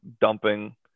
dumping